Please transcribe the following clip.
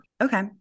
okay